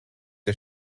der